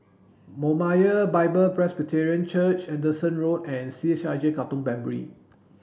Moriah Bible Presby Church Anderson Road and C H I J Katong Primary